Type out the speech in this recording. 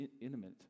intimate